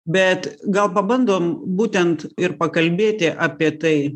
bet gal pabandom būtent ir pakalbėti apie tai